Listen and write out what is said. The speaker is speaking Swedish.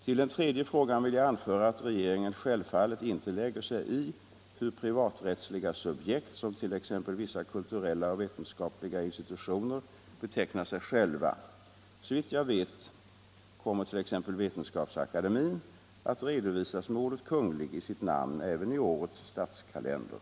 Till den tredje frågan vill jag anföra att regeringen självfallet inte lägger Nr 76 sig i hur privaträttsliga subjekt som t.ex. vissa kulturella och veten Onsdagen den skapliga institutioner betecknar sig själva. Såvitt jag vet kommer t.ex. 7 maj 1975 vetenskapsakademien att redovisas med ordet Kungl. i sitt namn även I i årets Statskalender.